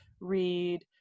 read